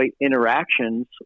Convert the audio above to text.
interactions